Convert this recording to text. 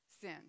sin